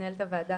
מנהלת הוועדה,